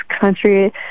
country